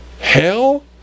Hell